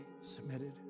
submitted